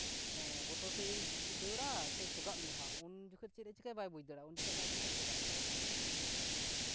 ᱵᱚᱛᱚᱨ ᱛᱮᱭ ᱫᱟᱹᱲᱟ ᱥᱮ ᱥᱚᱜᱟᱜ ᱢᱮᱭᱟ ᱦᱟᱜ ᱩᱱ ᱡᱚᱠᱷᱚᱪ ᱪᱮᱫ ᱮ ᱪᱤᱠᱟᱭᱟ ᱵᱟᱭ ᱵᱩᱡ ᱫᱟᱲᱮᱭᱟᱜᱼᱟ ᱩᱱ ᱡᱚᱠᱷᱚᱪ ᱫᱚ ᱦᱟᱱᱤ ᱥᱚᱜᱟᱜ ᱟᱜ ᱢᱮᱜᱮ ᱦᱟᱸᱜ